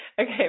Okay